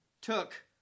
took